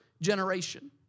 generation